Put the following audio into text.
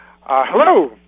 Hello